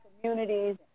communities